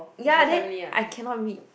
ya then I cannot read